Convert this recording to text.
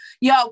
Yo